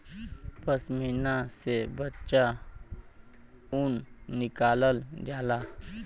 पश्मीना से कच्चा ऊन निकालल जाला